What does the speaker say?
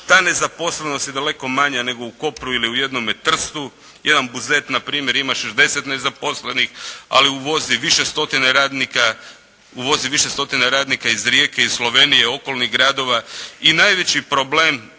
Ta nezaposlenost je daleko manja nego u Kopru ili u jednome Trstu. Jedan Buzet na primjer ima 60 nezaposlenih, ali uvozi više stotine radnika, uvozi više stotina radnika